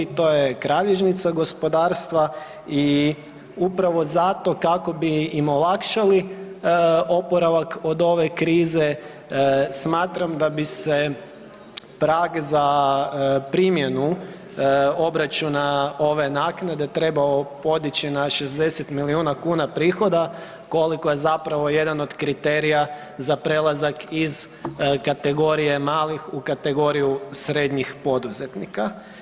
To je kralježnica gospodarstva i upravo zato kako bi im olakšali oporavak od ove krize smatram da bi se prag za primjenu obračuna ove naknade trebao podići na 60 milijuna kuna prihoda koliko je zapravo jedan od kriterija za prelazak iz kategorije malih u kategoriju srednjih poduzetnika.